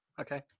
Okay